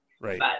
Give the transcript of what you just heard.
Right